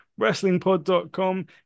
WrestlingPod.com